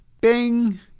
Bing